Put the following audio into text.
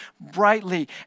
brightly